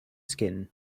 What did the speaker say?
skin